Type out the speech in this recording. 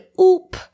oop